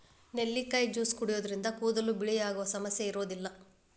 ನೆಲ್ಲಿಕಾಯಿ ಜ್ಯೂಸ್ ಕುಡಿಯೋದ್ರಿಂದ ಕೂದಲು ಬಿಳಿಯಾಗುವ ಸಮಸ್ಯೆ ಇರೋದಿಲ್ಲ